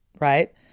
Right